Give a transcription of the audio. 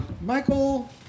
Michael